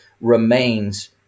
remains